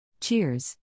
Cheers